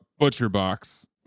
ButcherBox